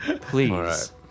Please